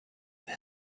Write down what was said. good